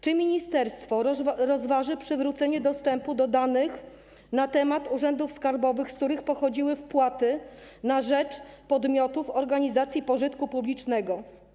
Czy ministerstwo rozważy przywrócenie dostępu do danych na temat urzędów skarbowych, z których pochodziły wpłaty na rzecz podmiotów organizacji pożytku publicznego?